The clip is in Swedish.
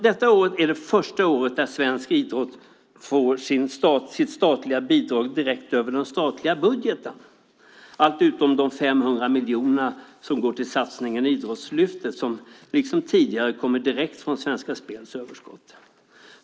Detta år är första året då svensk idrott får sitt statliga bidrag direkt över den statliga budgeten - allt utom de 500 miljoner som går till satsningen Idrottslyftet som liksom tidigare kommer direkt från Svenska Spels överskott.